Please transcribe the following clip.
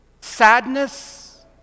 sadness